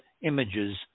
images